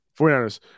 49ers